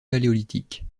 paléolithique